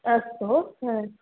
अस्तु हा